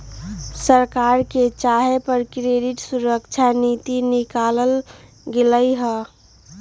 सरकारे के कहे पर क्रेडिट सुरक्षा नीति निकालल गेलई ह